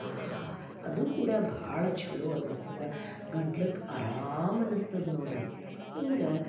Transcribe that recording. ಆಹಹಾ ಅದು ಕೂಡ ಭಾಳ ಚಲೋ ಅನಸ್ತದೆ ಗಂಟ್ಲಿಗೆ ಅರಾಮ್ ಅನ್ನಸ್ತದ ನೋಡ್ರಿ ಹಿಂಗೆ